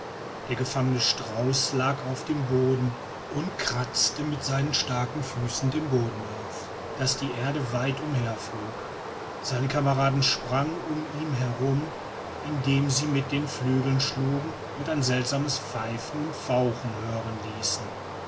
der gefangene strauß lag auf dem boden und kratzte mit seinen starken füßen den boden auf daß die erde weit umherflog seine kameraden sprangen um ihn herum indem sie mit den flügeln schlugen und ein seltsames pfeifen und fauchen hören ließen